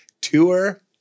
tour